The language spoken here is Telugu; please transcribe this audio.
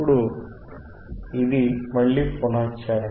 ఇప్పుడు ఇది మళ్ళీ పునఃశ్చరణ